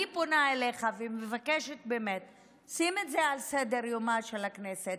אני פונה אליך ומבקשת: שים את זה על סדר-יומה של הכנסת,